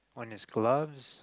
when is gloves